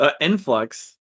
influx